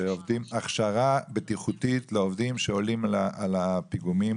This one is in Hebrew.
שעושים הכשרה בטיחותית לעובדים שעולים על הפיגומים,